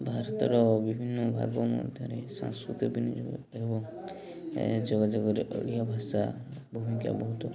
ଭାରତର ବିଭିନ୍ନ ଭାଗ ମଧ୍ୟରେ ସଂସ୍କୃତି ବିନିଯୋଗ ଏବଂ ଯୋଗାଯୋଗରେ ଓଡ଼ିଆ ଭାଷା ଭୂମିକା ବହୁତ